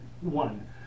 one